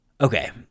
Okay